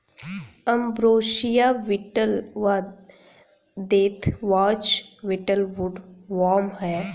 ambrosia beetle व deathwatch beetle woodworm हैं